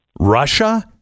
Russia